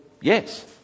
yes